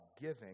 giving